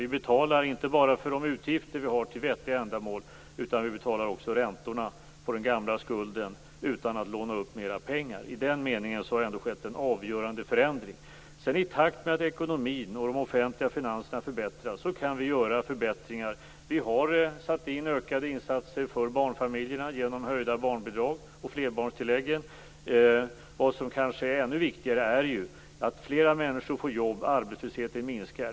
Vi betalar inte bara för de utgifter vi har till vettiga ändamål, vi betalar också räntorna på den gamla skulden utan att låna upp mera pengar. I den meningen har det skett en avgörande förändring. I takt med att ekonomin och de offentliga finanserna förbättras kan vi göra förbättringar. Vi har satt in ökade insatser för barnfamiljerna genom höjda barnbidrag och flerbarnstilläggen. Ännu viktigare är att fler människor får jobb, arbetslösheten minskar.